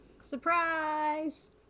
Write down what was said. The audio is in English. Surprise